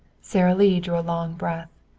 sara lee drew a long breath.